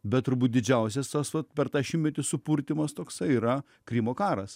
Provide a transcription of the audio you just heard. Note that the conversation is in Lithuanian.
bet turbūt didžiausias tas vat per tą šimtmetį supurtymas toksai yra krymo karas